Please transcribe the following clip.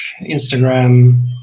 Instagram